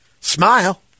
Smile